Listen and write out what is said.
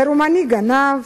לרומני, גנב,